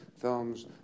films